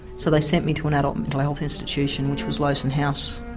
so they sent me to an adult mental health institution which was lowson house.